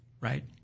right